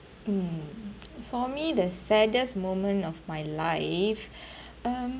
mm for me the saddest moment of my life um